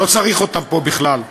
לא צריך אותם פה בכלל.